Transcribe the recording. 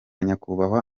nyakubahwa